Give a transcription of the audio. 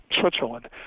Switzerland